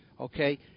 okay